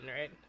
right